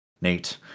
nate